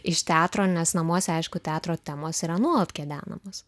iš teatro nes namuose aišku teatro temos yra nuolat kedenamos